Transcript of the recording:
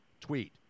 tweet